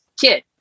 kid